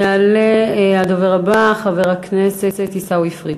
יעלה הדובר הבא, חבר הכנסת הבא עיסאווי פריג'.